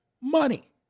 Money